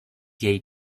jej